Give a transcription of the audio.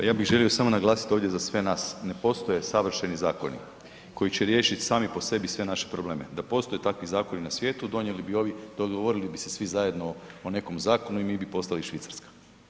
Pa ja bi želio samo naglasit ovdje za sve nas, ne postoje savršeni zakoni koji će riješit sami po sebi sve naše probleme, da postoje takvi zakoni na svijetu donijeli bi ovi, dogovorili bi se svi zajedno o nekom zakonu i mi bi postali Švicarska.